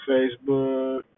Facebook